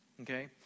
Okay